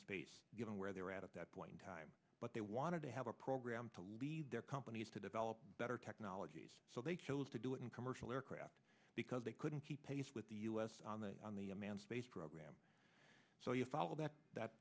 space given where they were at that point in time but they wanted to have a program to lead their companies to develop better technologies so they chose to do it in commercial aircraft because they couldn't keep pace with the u s on the on the a manned space program so you follow that that